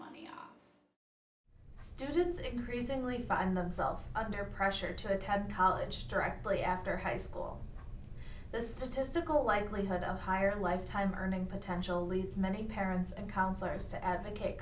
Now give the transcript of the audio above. money students increasingly find themselves under pressure to attend college directly after high school this is a testicle likelihood of higher lifetime earning potential leads many parents and counselors to advocate